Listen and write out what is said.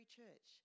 church